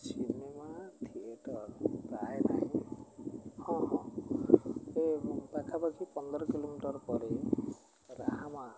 cinema theatre ପ୍ରାୟ ନାହିଁ ହଁ ହଁ ଏ ପାଖାପାଖି ପନ୍ଦର କିଲୋମିଟର ପରେ ରାହାମା